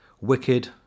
wicked